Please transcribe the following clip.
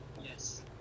yes